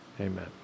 Amen